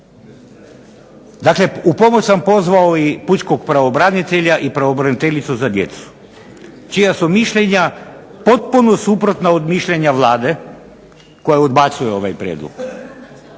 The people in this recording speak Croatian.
Dakle, u pomoć sam pozvao i pučkog pravobranitelja i pravobraniteljice za djecu, čija su mišljenja potpuno suprotna od mišljenja Vlade koja odbacuje ovaj Prijedlog.